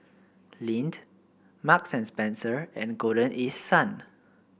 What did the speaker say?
Lindt Marks and Spencer and Golden East Sun